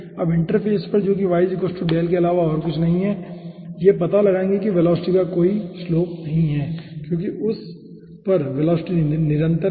अब इंटरफ़ेस पर जो कि y के अलावा और कुछ नहीं है यह पता लगाएंगे कि वेलोसिटी का कोई स्लोप नहीं है क्योंकि उस पर वेलोसिटी निरंतर है